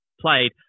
played